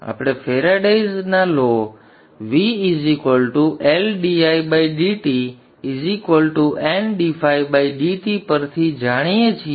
આપણે ફેરાડેઝ નિયમ V N પરથી જાણીએ છીએ